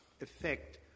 effect